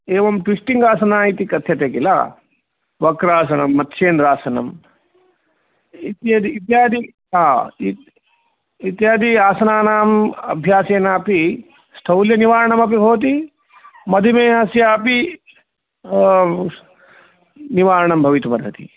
एवं ट्विस्टिन्ग् आसनम् इति कथ्यते किल वक्रासनम् मत्स्येन्द्रासनम् इत्यादि आसनानाम् अभ्यासेनापि स्थौल्यनिवारणमपि भवति मधुमेहस्यापि निवारणं भवितुम् अर्हति